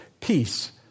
Peace